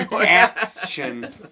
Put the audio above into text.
Action